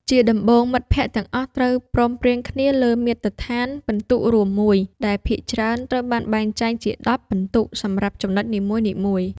ជាដំបូង មិត្តភក្តិទាំងអស់ត្រូវព្រមព្រៀងគ្នាលើមាត្រដ្ឋានពិន្ទុរួមមួយ ដែលភាគច្រើនត្រូវបានបែងចែកជា ១០ ពិន្ទុសម្រាប់ចំណុចនីមួយៗ។